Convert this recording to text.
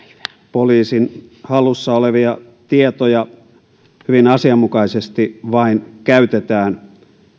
poliisin hallussa olevia tietoja vain hyvin asianmukaisesti käytetään